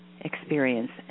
experience